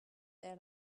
there